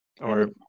or-